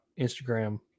Instagram